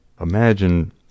imagine